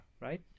right